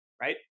right